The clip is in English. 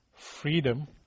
Freedom